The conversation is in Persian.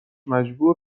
مجبور